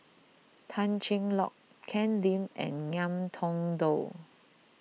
Tan Cheng Lock Ken Lim and Ngiam Tong Dow